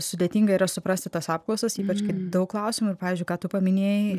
sudėtinga yra suprasti tas apklausas ypač daug klausimų ir pavyzdžiui ką tu paminėjai